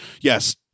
Yes